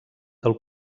del